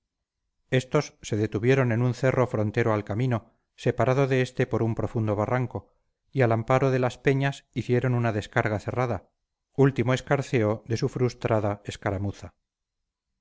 estos se detuvieron en un cerro frontero al camino separado de este por profundo barranco y al amparo de las peñas hicieron una descarga cerrada último escarceo de su frustrada escaramuza